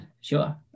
sure